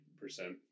percent